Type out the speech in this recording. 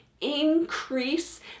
increase